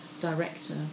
director